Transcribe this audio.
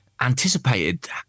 anticipated